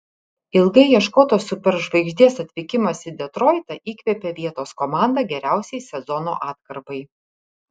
ilgai ieškotos superžvaigždės atvykimas į detroitą įkvėpė vietos komandą geriausiai sezono atkarpai